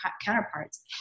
counterparts